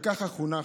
וככה חונכנו.